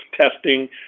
testing